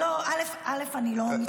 ראשית, אני לא מתנגדת.